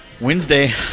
Wednesday